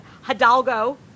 Hidalgo